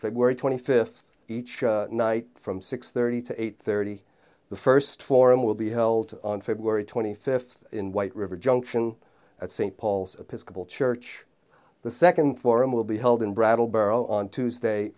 february twenty fifth each night from six thirty to eight thirty the first forum will be held on february twenty fifth in white river junction at st paul's church the second forum will be held in brattleboro on tuesday